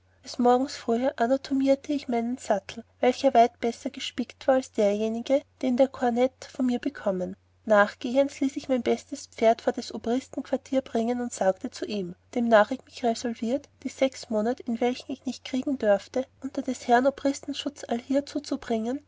des morgens frühe anatomierte ich meinen sattel welcher weit besser gespickt war als derjenige den der kornett von mir bekommen nachgehends ließ ich mein bestes pferd vor des obristen quartier bringen und sagte zu ihm demnach ich mich resolviert die sechs monat in welchen ich nicht kriegen dörfte unter des herrn obristen schutz allhier ruhig zuzubringen